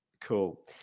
cool